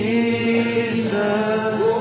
Jesus